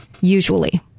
usually